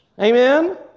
Amen